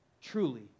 truly